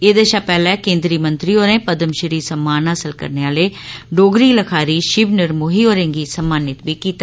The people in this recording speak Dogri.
एहदे शा पैहले केन्द्री मंत्री होरें पद्म श्री सम्मान हासल करने आहले डोगरी लखारी शिव निर्मोही होरे गी सम्मानित बी कीता